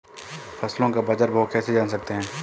फसलों का बाज़ार भाव कैसे जान सकते हैं?